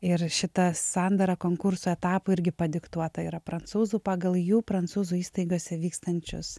ir šita sandara konkurso etapui irgi padiktuota yra prancūzų pagal jų prancūzų įstaigose vykstančius